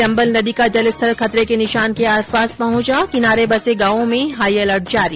चम्बल नदी का जलस्तर खतरे के निशान के आस पास पहुंचा किनारे बसे गावों में हाई अलर्ट जारी